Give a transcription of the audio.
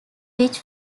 which